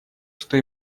что